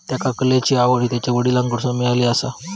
त्येका कलेची आवड हि त्यांच्या वडलांकडसून मिळाली आसा